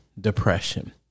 depression